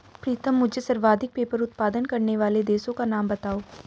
प्रीतम मुझे सर्वाधिक पेपर उत्पादन करने वाले देशों का नाम बताओ?